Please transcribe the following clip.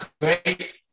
great